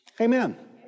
Amen